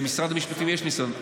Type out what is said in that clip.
למשרד המשפטים יש ניסיון.